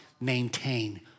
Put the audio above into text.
maintain